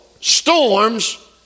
storms